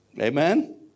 Amen